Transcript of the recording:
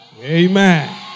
Amen